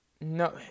No